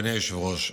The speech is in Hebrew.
אדוני היושב-ראש,